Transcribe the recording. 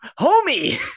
homie